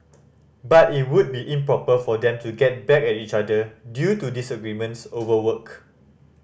but it would be improper for them to get back at each other due to disagreements over work